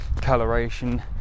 coloration